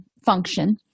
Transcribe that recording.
function